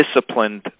disciplined